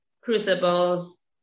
crucibles